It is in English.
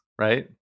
Right